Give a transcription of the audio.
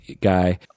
guy